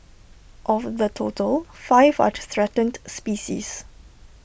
of the total five are threatened species